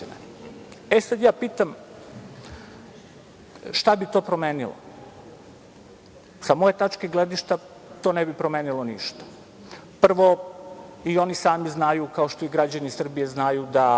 E, sad, ja pitam – šta bi to promenilo? Sa moje tačke gledišta, to ne bi promenilo ništa. Prvo, i oni sami znaju, kao što i građani Srbije znaju, da